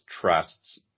trusts